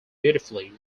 beautifully